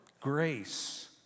grace